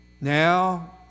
Now